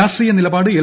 രാഷ്ട്രീയ നിലപാട് എൽ